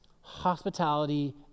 Hospitality